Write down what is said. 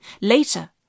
Later